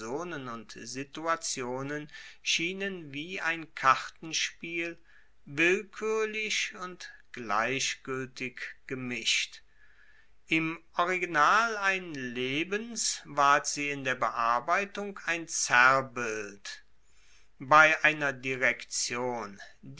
und situationen schienen wie ein kartenspiel willkuerlich und gleichgueltig gemischt im original ein lebens ward sie in der bearbeitung ein zerrbild bei einer direktion